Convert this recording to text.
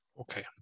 okay